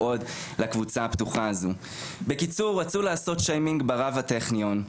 לקבוצה הפתוחה הזו: "בקיצור רצו לעשות שיימינג ברב הטכניון.